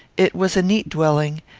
it was a neat dwelling,